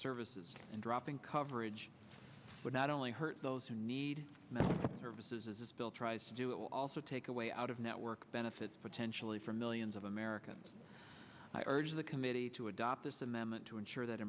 services and dropping coverage would not only hurt those who need services as this bill tries to do it will also take away out of network benefits potentially for millions of americans i urge the committee to adopt this amendment to ensure that